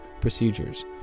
procedures